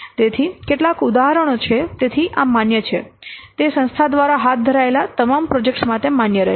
તેથી કેટલાક ઉદાહરણો છે તેથી આ માન્ય છે તે સંસ્થા દ્વારા હાથ ધરાયેલા તમામ પ્રોજેક્ટ્સ માટે માન્ય રહેશે